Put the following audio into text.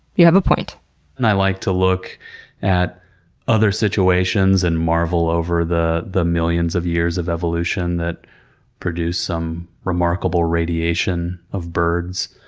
you have a point and i like to look at other situations and marvel over the the millions of years of evolution that produce some remarkable radiation of birds,